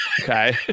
Okay